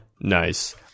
Nice